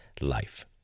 life